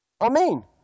Amen